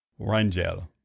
Rangel